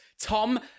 Tom